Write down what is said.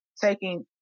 taking